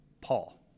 Paul